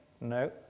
no